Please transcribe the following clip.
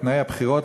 את תנאי הבחירות,